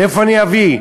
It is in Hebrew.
מאיפה אני אביא?